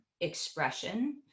expression